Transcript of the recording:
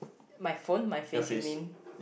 my phone my face you mean